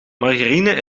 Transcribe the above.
margarine